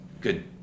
good